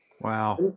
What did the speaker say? Wow